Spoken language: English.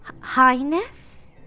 Highness